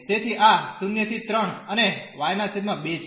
તેથી આ 0 ¿3 અને y2 છે